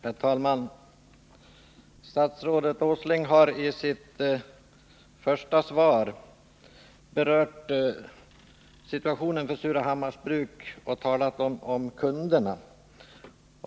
Herr talman! Statsrådet Åsling har i sitt svar på interpellationen och frågan berört situationen vid Surahammars Bruk och talat om kunderna.